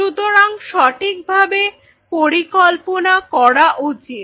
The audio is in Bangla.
সুতরাং সঠিকভাবে পরিকল্পনা করা উচিত